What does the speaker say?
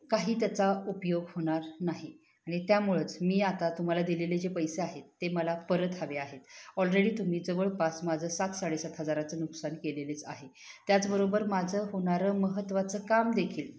काही त्याचा उपयोग होणार नाही आणि त्यामुळेच मी आता तुम्हाला दिलेले जे पैसे आहेत ते मला परत हवे आहेत ऑलरेडी तुम्ही जवळपास माझं सात साडेसात हजाराचं नुकसान केलेलेच आहे त्याचबरोबर माझं होणारं महत्त्वाचं कामदेखील